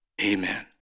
Amen